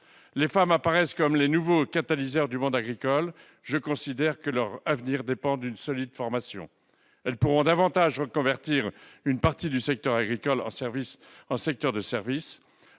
Les femmes apparaissent comme les nouveaux catalyseurs du monde agricole. Je considère que leur avenir dépend d'une solide formation. Elles pourront davantage reconvertir une partie du secteur agricole en secteur de services.